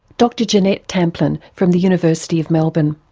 dr jeanette tamplin from the university of melbourne.